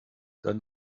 dann